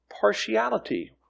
partiality